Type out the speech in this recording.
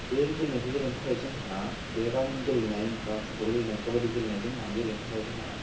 बे गेलेनायखो गेलेनो थाखाय आंहा बे रानिं गेलेनाय बा फुटबल गेलेनाय काबाडि गेलेनायजों आंहा गेलेनो थाखाय जोंहा